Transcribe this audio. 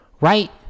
right